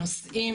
הנושאים